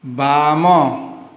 ବାମ